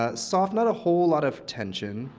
ah soft. not a whole lot of tension.